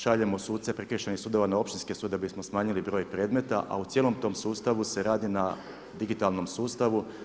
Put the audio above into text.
Šaljemo suce prekršajnih sudova na Općinski sud bismo smanjili broj predmeta a u cijelom tom sustavu se radi na digitalnom sustavu.